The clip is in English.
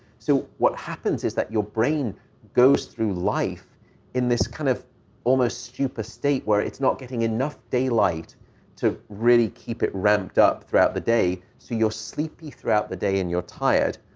so what happens is that your brain goes through life in this kind of almost stupor state where it's not getting enough daylight to really keep it ramped up throughout the day so you're sleepy throughout the day and you're tired,